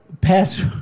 past